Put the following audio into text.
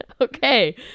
Okay